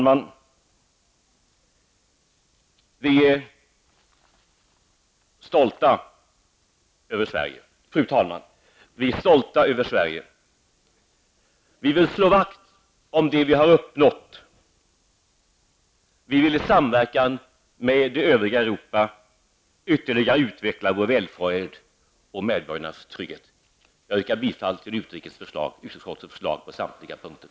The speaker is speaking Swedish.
Fru talman! Vi är stolta över Sverige. Vi vill slå vakt om det vi har uppnått. Vi vill i samverkan med övriga Europa ytterligare utveckla vår välfärd och medborgarnas trygghet. Jag yrkar bifall till utrikesutskottets förslag på samtliga punkter.